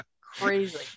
crazy